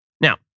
Now